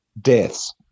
deaths